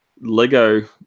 lego